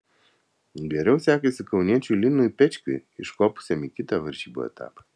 geriau sekėsi kauniečiui linui pečkiui iškopusiam į kitą varžybų etapą